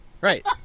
Right